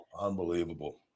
unbelievable